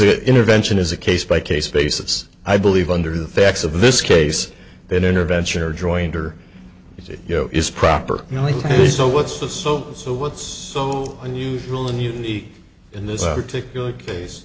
it intervention is a case by case basis i believe under the facts of this case that intervention or joint or you know is proper really so what's the so so what's so unusual and unique in this particular case